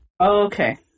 Okay